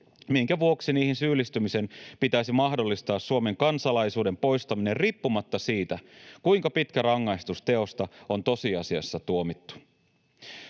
minkä vuoksi niihin syyllistymisen pitäisi mahdollistaa Suomen kansalaisuuden poistaminen riippumatta siitä, kuinka pitkä rangaistus teosta on tosiasiassa tuomittu.